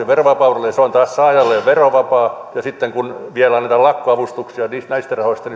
verovapaudella ne ovat taas saajalle verovapaita ja sitten kun vielä annetaan lakkoavustuksia näistä rahoista